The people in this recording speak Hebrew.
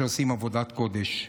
שעושים עבודת קודש.